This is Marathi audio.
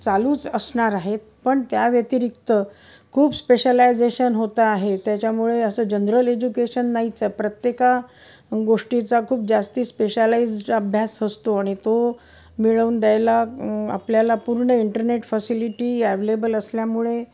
चालूच असणार आहेत पण त्या व्यतिरिक्त खूप स्पेशलायझेशन होतं आहे त्याच्यामुळे असं जनरल एज्युकेशन नाहीच आहे प्रत्येक गोष्टीचा खूप जास्त स्पेशालाइज्ड अभ्यास असतो आणि तो मिळवून द्यायला आपल्याला पूर्ण इंटरनेट फॅसिलिटी एवलेबल असल्यामुळे